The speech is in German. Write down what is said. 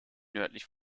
nördlich